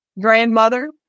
grandmother